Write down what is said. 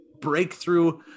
breakthrough